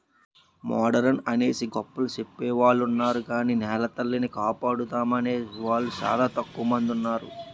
modern అనేసి గొప్పలు సెప్పెవొలున్నారు గాని నెలతల్లిని కాపాడుతామనేవూలు సానా తక్కువ మందున్నారు